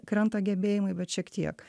krenta gebėjimai bet šiek tiek